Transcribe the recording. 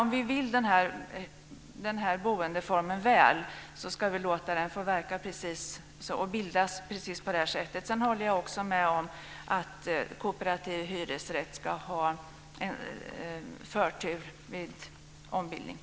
Om vi vill den här boendeformen väl ska vi låta den få verka och bildas precis på det här sättet. Jag håller också med om att kooperativ hyresrätt ska ha förtur vid ombildning.